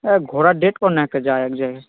অ্যা ঘোরার ডেট কর না একটা যাই এক জায়গায়